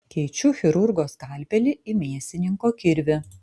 keičiu chirurgo skalpelį į mėsininko kirvį